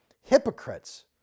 Hypocrites